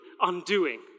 undoing